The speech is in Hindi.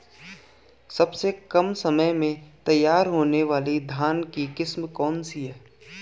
सबसे कम समय में तैयार होने वाली धान की किस्म कौन सी है?